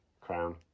crown